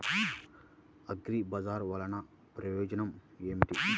అగ్రిబజార్ వల్లన ప్రయోజనం ఏమిటీ?